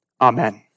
Amen